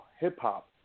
hip-hop